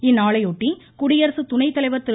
இந்நாளையொட்டி குடியரசு துணைத்தலைவர் திரு